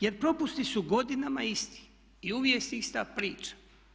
Jer propusti su godinama isti i uvijek ista priča.